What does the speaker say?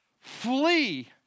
flee